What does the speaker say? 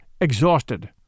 exhausted